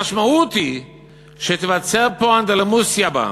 המשמעות היא שתתבצע פה אנדרלמוסיה בעם,